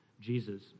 Jesus